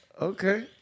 Okay